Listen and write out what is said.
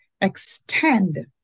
extend